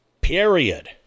Period